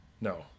No